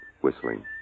whistling